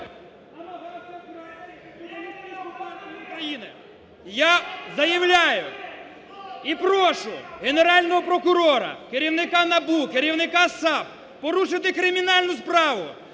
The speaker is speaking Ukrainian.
Я заявляю і прошу Генерального прокурора, керівника НАБУ, керівника САП, порушити кримінальну справу